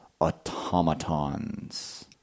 automatons